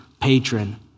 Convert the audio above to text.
patron